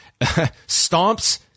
stomps